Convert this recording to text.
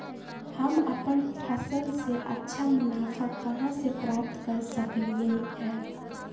हम अपन फसल से अच्छा मुनाफा कहाँ से प्राप्त कर सकलियै ह?